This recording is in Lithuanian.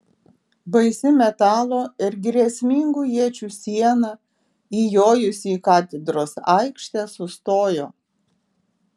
baisi metalo ir grėsmingų iečių siena įjojusi į katedros aikštę sustojo